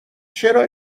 چرا